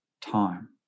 time